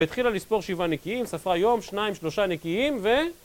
התחילה לספור שבעה נקיים, ספרה יום, שניים, שלושה נקיים ו...